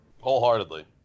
Wholeheartedly